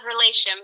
relation